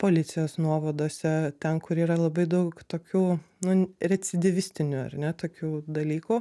policijos nuovadose ten kur yra labai daug tokių nu recidyvistinių ar ne tokių dalykų